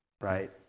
right